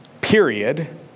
period